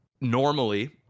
normally